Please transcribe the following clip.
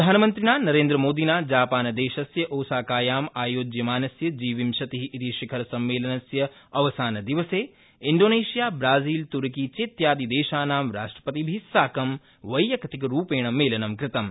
प्रधानमंत्रिणा नरेन्द्रमोदिना जापानदेशस्य ओसाकायां आयोज्यमानस्य जी विंशति इति शिखर सम्मेलनस्य अवसानदिवसे इंडोनेशिया ब्राजील तुर्की चेत्यादि देशानां राष्ट्रपतिभि साकं वैयक्तिकरूपेण मेलनं कृतम्